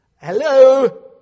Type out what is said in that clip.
Hello